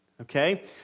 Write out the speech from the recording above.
Okay